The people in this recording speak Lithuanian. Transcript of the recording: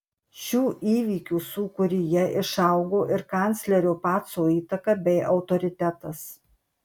šių įvykių sūkuryje išaugo ir kanclerio paco įtaka bei autoritetas